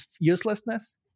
uselessness